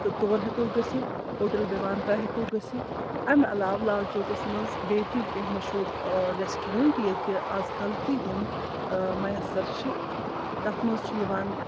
تہٕ تور ہٮ۪کو گٔژھِتھ ہوٹَل وِوان تانۍ ہٮ۪کو گٔژھِتھ اَمہِ علاوٕ لال چوکَس منٛز بیٚیہِ تہِ کیٚنٛہہ مشہوٗر ریسٹورنٛٹ ییٚتہِ اَز کَل تہِ یِم میسر چھِ تَتھ منٛز چھِ یِوان